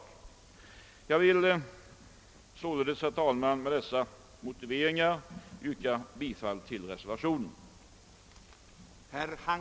Jag vill således, herr talman, med dessa motiveringar yrka bifall till reservationen.